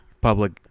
public